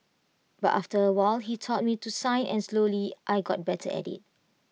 but after A while he taught me to sign and slowly I got better at IT